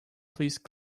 please